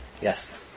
Yes